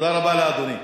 תודה רבה לאדוני.